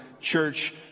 church